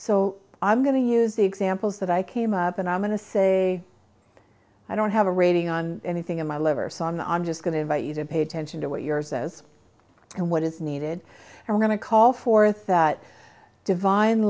so i'm going to use the examples that i came up and i'm going to say i don't have a rating on anything in my liver's on the i'm just going to invite you to pay attention to what yours says and what is needed and are going to call forth that divine